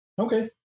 Okay